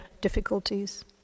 difficulties